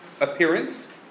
appearance